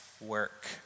work